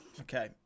okay